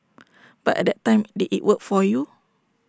but at that time did IT work for you